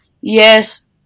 Yes